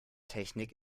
technik